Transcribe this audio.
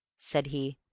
said he,